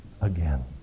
again